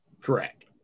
Correct